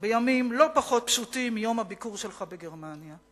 בימים לא פחות פשוטים מיום הביקור שלך בגרמניה.